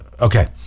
okay